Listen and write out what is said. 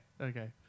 okay